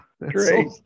Great